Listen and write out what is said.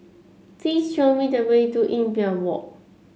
please show me the way to Imbiah Walk